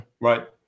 right